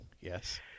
Yes